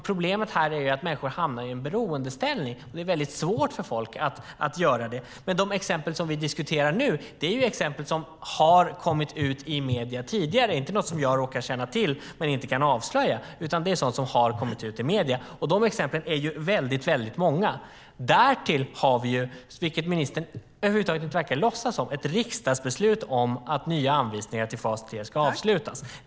Problemet är att människor hamnar i en beroendeställning, och därför är det svårt att göra det. De exempel vi nu diskuterar är sådana som kommit ut i medierna tidigare, inte något som jag råkar känna till men inte kan avslöja. Exemplen är många. Därtill har vi, vilket ministern över huvud taget inte verkar låtsas om, ett riksdagsbeslut om att nya anvisningar till fas 3 ska avslutas.